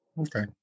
Okay